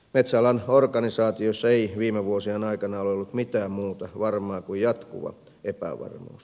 metsäalan organisaatioissa ei viime vuosien aikana ole ollut mitään muuta varmaa kuin jatkuva epävarmuus